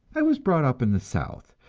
i was brought up in the south,